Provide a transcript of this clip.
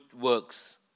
works